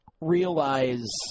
realize